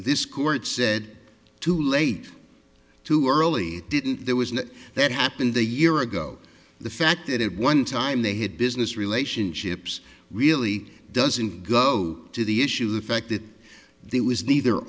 this court said too late too early didn't there was no that happened a year ago the fact that it one time they had business relationships really doesn't go to the issue of the fact that it was neither